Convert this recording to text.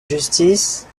justice